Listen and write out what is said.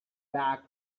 back